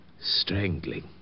strangling